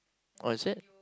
oh is it